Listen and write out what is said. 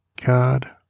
God